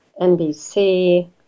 NBC